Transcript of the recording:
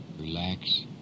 Relax